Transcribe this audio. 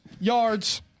Yards